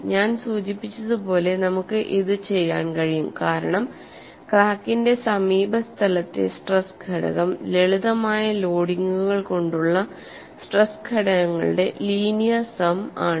ഞാൻ സൂചിപ്പിച്ചതുപോലെ നമുക്ക് ഇത് ചെയ്യാൻ കഴിയും കാരണം ക്രാക്കിന്റെ സമീപസ്ഥലത്തെ സ്ട്രെസ് ഘടകം ലളിതമായ ലോഡിംഗുകൾ കൊണ്ടുള്ള സ്ട്രെസ് ഘടകങ്ങളുടെ ലീനിയർ സം ആണ്